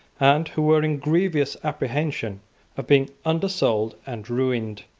and who were in grievous apprehension of being undersold and ruined.